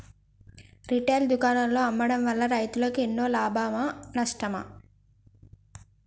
Retail దుకాణాల్లో అమ్మడం వల్ల రైతులకు ఎన్నో లాభమా నష్టమా?